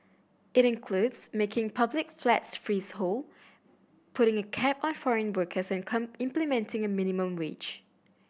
it includes making public flats freehold putting a cap on foreign workers and implementing a minimum wage